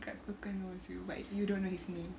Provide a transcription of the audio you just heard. grab 哥哥 knows you but you don't know his name